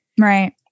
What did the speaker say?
Right